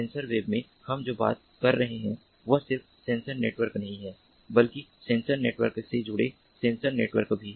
sensor web में हम जो बात कर रहे हैं वह सिर्फ सेंसर नेटवर्क नहीं है बल्कि सेंसर नेटवर्क से जुड़े सेंसर नेटवर्क भी हैं